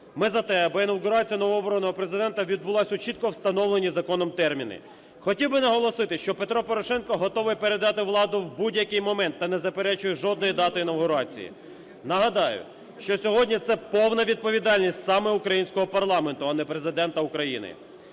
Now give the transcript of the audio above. ми за те, аби інавгурація новообраного Президента відбулась у чітко встановлені законом терміни. Хотів би наголосити, що Петро Порошенко готовий передати владу в будь-який момент та не заперечує жодної дати інавгурації. Нагадаю, що сьогодні це повна відповідальність саме українського парламенту, а не Президента України.